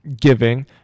giving